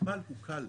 הוותמ"ל הוא קל,